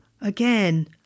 Again